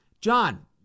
John